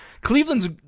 Cleveland's